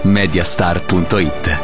mediastar.it